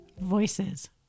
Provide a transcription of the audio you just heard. Voices